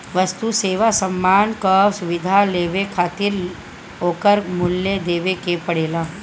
वस्तु, सेवा, सामान कअ सुविधा लेवे खातिर ओकर मूल्य देवे के पड़ेला